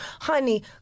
Honey